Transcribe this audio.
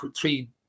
three